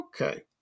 okay